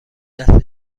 دسته